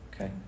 Okay